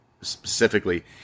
specifically